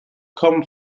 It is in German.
kommen